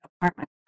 apartment